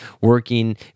working